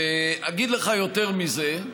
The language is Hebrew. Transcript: ואגיד לך יותר מזה: